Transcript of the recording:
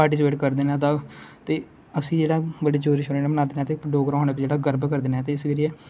participate करदे न ते उसी जेहड़ा बड़ा जोरे शोरे कन्ने मानंदे न ते डोगरा होना जेहड़ा गर्व करदे ना ते इस करिये